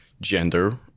gender